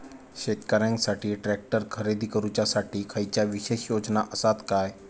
शेतकऱ्यांकसाठी ट्रॅक्टर खरेदी करुच्या साठी खयच्या विशेष योजना असात काय?